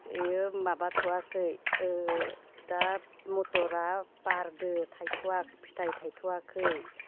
इयो माबाथ'याखै ओ दा मथरा बारदो थायथ'आ फिथाइ थाइथ'आखै